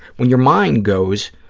when your mind goes